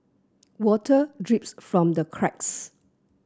water drips from the cracks